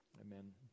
Amen